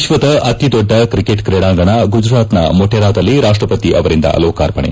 ವಿಶ್ವದ ಅತಿದೊಡ್ಡ ಕ್ರಿಕೆಟ್ ಕ್ರೀಡಾಂಗಣ ಗುಜರಾತ್ನ ಮೊಟೆರಾದಲ್ಲಿ ರಾಷ್ಟಪತಿ ಅವರಿಂದ ಲೋಕಾರ್ಪಣೆ